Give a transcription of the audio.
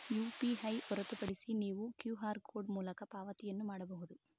UPI ಹೊರತುಪಡಿಸಿ ನೀವು QR code ಮೂಲಕ ಪಾವತಿಯನ್ನು ಮಾಡಬಹುದು